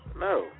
No